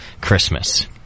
Christmas